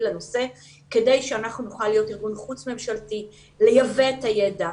לנושא כדי שאנחנו נוכל להיות ארגון חוץ-ממשלתי לייבא את הידע,